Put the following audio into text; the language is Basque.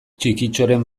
txikitxoren